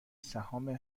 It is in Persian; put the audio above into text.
سهام